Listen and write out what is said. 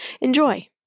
enjoy